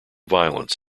violence